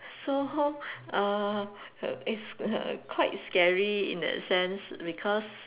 so how uh err it's err quite scary in that sense because